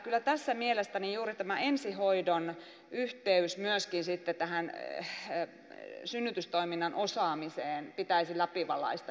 kyllä tässä mielestäni juuri tämä ensihoidon yhteys myöskin sitten tähän synnytystoiminnan osaamiseen pitäisi läpivalaista